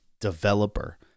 Developer